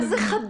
מה זה "חדורים"?